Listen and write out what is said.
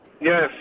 Yes